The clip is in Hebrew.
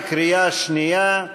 בקריאה שנייה.